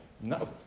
No